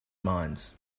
minds